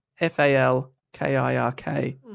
F-A-L-K-I-R-K